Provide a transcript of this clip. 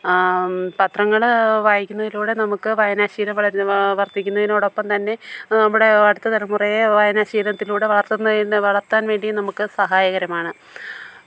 പത്രങ്ങൾ വായിക്കുന്നതിലൂടെ നമുക്ക് വായനാശീലം വളരുന്നു വര്ധിക്കുന്നതിനോടൊപ്പം തന്നെ നമ്മുടെ അടുത്ത തലമുറയെ വായനാശീലത്തിലൂടെ വളര്ത്തുന്നതിനു വളര്ത്താന് വേണ്ടി നമുക്ക് സഹായകരമാണ്